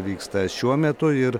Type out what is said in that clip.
vyksta šiuo metu ir